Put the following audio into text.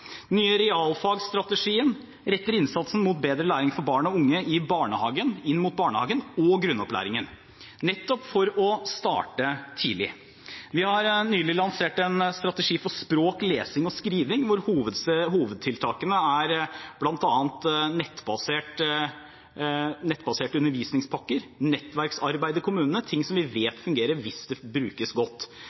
unge inn mot barnehagen og grunnopplæringen, nettopp for å starte tidlig. Vi har nylig lansert en strategi for språk, lesing og skriving, hvor hovedtiltakene bl.a. er nettbaserte undervisningspakker, nettverksarbeid i kommunene – ting som vi vet fungerer hvis det brukes godt.